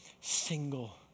single